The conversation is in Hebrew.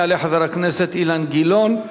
יעלה חבר הכנסת אילן גילאון,